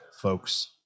folks